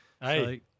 Hey